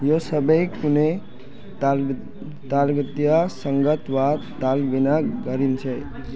यो सबै कुनै तालबद्ध सङ्गत वा ताल बिना गरिन्छ